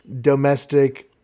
domestic